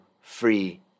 free